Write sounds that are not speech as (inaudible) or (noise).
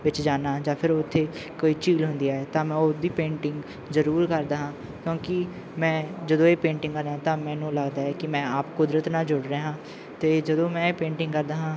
ਵਿੱਚ ਜਾਂਦਾ ਜਾਂ ਫਿਰ ਉੱਥੇ ਕੋਈ ਝੀਲ ਹੁੰਦੀ ਹੈ ਤਾਂ ਮੈਂ ਉਹਦੀ ਪੇਂਟਿੰਗ ਜ਼ਰੂਰ ਕਰਦਾ ਹਾਂ ਕਿਉਂਕਿ ਮੈਂ ਜਦੋਂ ਇਹ ਪੇਂਟਿੰਗਾਂ (unintelligible) ਤਾਂ ਮੈਨੂੰ ਲੱਗਦਾ ਹੈ ਕਿ ਮੈਂ ਆਪ ਕੁਦਰਤ ਨਾਲ ਜੁੜ ਰਿਹਾ ਹਾਂ ਅਤੇ ਜਦੋਂ ਮੈਂ ਪੇਂਟਿੰਗ ਕਰਦਾ ਹਾਂ